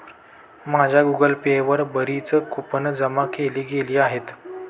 माझ्या Google Pay वर बरीच कूपन जमा केली गेली आहेत